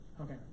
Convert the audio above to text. Okay